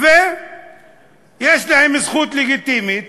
ויש להם זכות לגיטימית